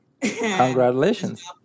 Congratulations